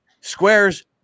squares